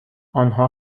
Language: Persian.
آنها